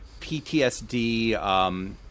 PTSD